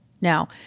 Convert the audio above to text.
Now